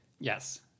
yes